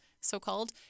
so-called